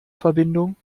verbindung